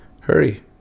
Hurry